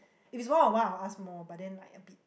if is one on one I'll ask more but then like a bit